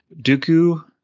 Dooku